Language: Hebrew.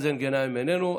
מאזן גנאים, איננו.